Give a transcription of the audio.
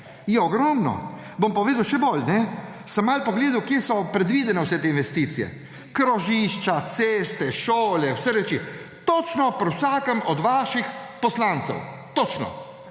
je ogromno. Bom povedal, sem malo pogledal, kje so predvidene vse te investicije. Krožišča, ceste, šole, vse reči, in to točno pri vsakem od vaših poslancev. Točno